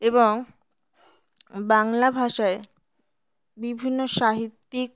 এবং বাংলা ভাষায় বিভিন্ন সাহিত্যিক